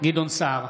גדעון סער,